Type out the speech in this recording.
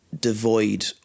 devoid